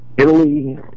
Italy